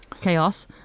chaos